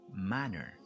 manner